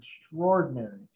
extraordinary